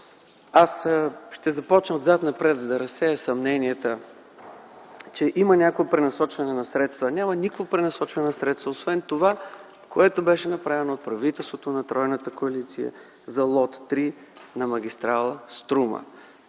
Ще започна отзад-напред, за да разсея съмненията, че има някакво пренасочване на средства. Няма никакво пренасочване на средства, освен това, направено от правителството на тройната коалиция за лот 3 за автомагистрала „Струма”.